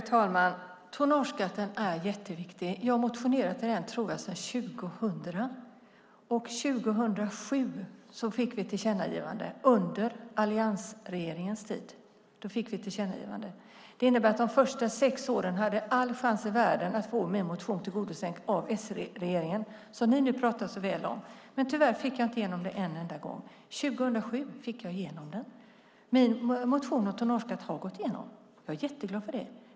Fru talman! Tonnageskatten är jätteviktig. Jag har motionerat om den sedan 2000, tror jag. Och 2007 fick vi ett tillkännagivande. Under alliansregeringens tid fick vi ett tillkännagivande. Det innebär att de första sex åren hade jag all chans i världen att få min motion tillgodosedd av S-regeringen, som ni nu talar så väl om, men tyvärr fick jag inte igenom den en enda gång. År 2007 fick jag igenom den. Min motion om tonnageskatt har gått igenom. Jag är jätteglad för det.